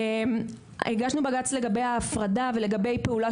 הגשנו בג"ץ לגבי ההפרדה ולגבי פעולה